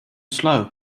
slow